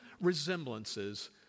resemblances